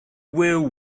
will